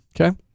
Okay